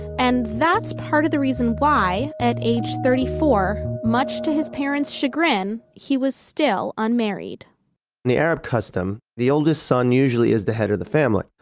and that's part of the reason why, at age thirty four, much to his parents' chagrin, he was still unmarried in the arab custom, the oldest son usually is the head of the family.